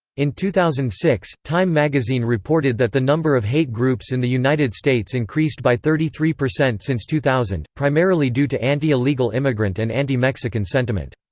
in two thousand and six, time magazine reported that the number of hate groups in the united states increased by thirty three percent since two thousand, primarily due to anti-illegal immigrant and anti-mexican sentiment.